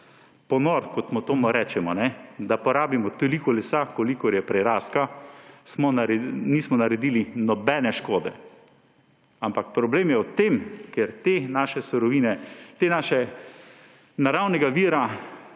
ponor, kot temu rečemo, da porabimo toliko lesa, kolikor je prirastka, nismo naredili nobene škode. Ampak problem je v tem, ker te naše surovine, našega naravnega vira